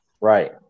Right